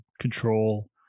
control